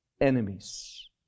enemies